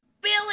Billy